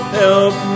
help